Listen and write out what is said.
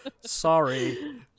sorry